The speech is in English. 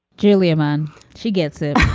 julia man she gets it